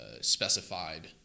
specified